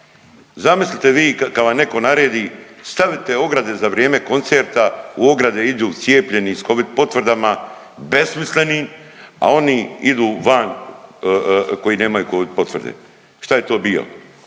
Zamislite vi kad vam neko naredi stavite ograde za vrijeme koncerta, u ograde iđu cijepljeni s covid potvrdama besmislenim, a oni idu van koji nemaju covid potvrde. Šta je to bio?